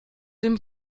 dem